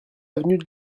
avenue